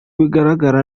bigaragara